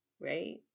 right